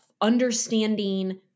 understanding